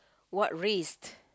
what risk